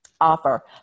offer